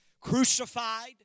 crucified